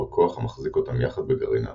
הכוח המחזיק אותם יחד בגרעין האטום.